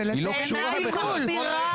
בעיניי, היא מחמירה אותם.